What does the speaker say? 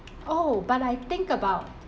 oh but I think about